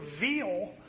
reveal